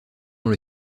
dans